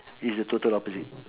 it's the total opposite